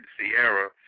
Sierra